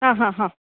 ಹಾಂ ಹಾಂ ಹಾಂ